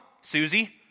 Susie